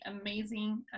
amazing